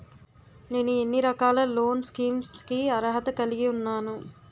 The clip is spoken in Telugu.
నేను ఎన్ని రకాల లోన్ స్కీమ్స్ కి అర్హత కలిగి ఉన్నాను?